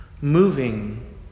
moving